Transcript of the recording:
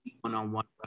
one-on-one